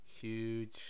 Huge